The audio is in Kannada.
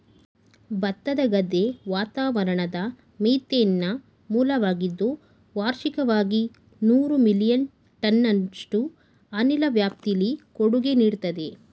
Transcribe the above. ಭತ್ತದ ಗದ್ದೆ ವಾತಾವರಣದ ಮೀಥೇನ್ನ ಮೂಲವಾಗಿದ್ದು ವಾರ್ಷಿಕವಾಗಿ ನೂರು ಮಿಲಿಯನ್ ಟನ್ನಷ್ಟು ಅನಿಲದ ವ್ಯಾಪ್ತಿಲಿ ಕೊಡುಗೆ ನೀಡ್ತದೆ